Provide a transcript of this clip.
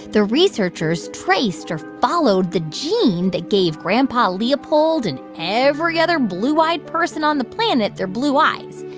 the researchers traced or followed the gene that gave grandpa leopold and every other blue-eyed person on the planet their blue eyes.